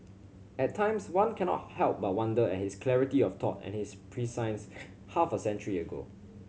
at times one cannot help but wonder at his clarity of thought and his prescience half a century ago